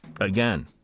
again